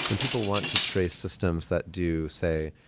and people want to trace systems that do say,